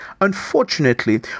unfortunately